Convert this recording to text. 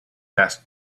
asked